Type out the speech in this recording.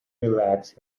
relax